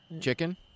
Chicken